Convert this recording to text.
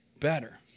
better